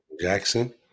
Jackson